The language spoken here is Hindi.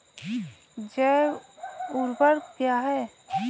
जैव ऊर्वक क्या है?